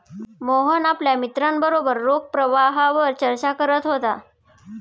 मोहन आपल्या मित्रांबरोबर रोख प्रवाहावर चर्चा करत होता